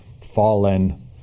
fallen